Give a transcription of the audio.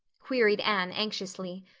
queried anne anxiously.